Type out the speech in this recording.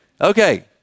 Okay